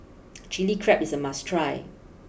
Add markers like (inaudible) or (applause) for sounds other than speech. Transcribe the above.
(noise) Chilli Crab is a must try